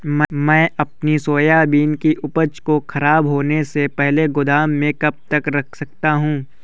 मैं अपनी सोयाबीन की उपज को ख़राब होने से पहले गोदाम में कब तक रख सकता हूँ?